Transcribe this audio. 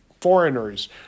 foreigners